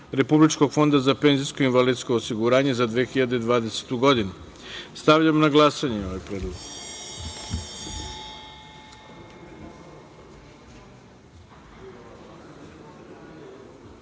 Republičkog fonda za penzijsko i invalidsko osiguranje za 2020. godinu. Stavljam na glasanje ovaj